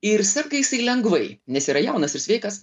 ir serga jisai lengvai nes yra jaunas ir sveikas